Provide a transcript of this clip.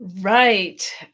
Right